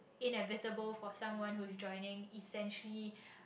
inevitable for someone who is joining essentially